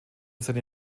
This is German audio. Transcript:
seine